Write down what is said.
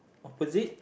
opposite